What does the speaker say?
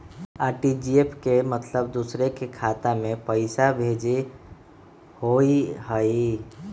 RTGS के मतलब दूसरे के खाता में पईसा भेजे होअ हई?